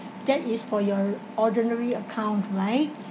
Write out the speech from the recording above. that is for your ordinary account right